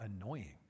annoying